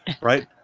right